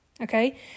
okay